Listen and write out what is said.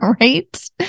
right